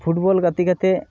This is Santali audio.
ᱯᱷᱩᱴᱵᱚᱞ ᱜᱟᱛᱮ ᱠᱟᱛᱮᱫ